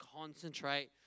concentrate